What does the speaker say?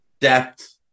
depth